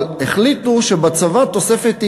אבל החליטו שבצבא, תוספת אי-קביעות.